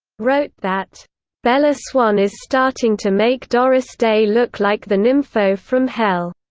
wrote that bella swan is starting to make doris day look like the nympho from hell,